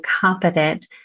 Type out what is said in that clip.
competent